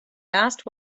asked